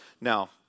Now